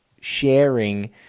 sharing